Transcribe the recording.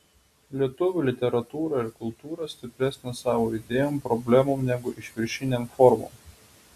lietuvių literatūra ir kultūra stipresnė savo idėjom problemom negu išviršinėm formom